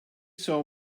saw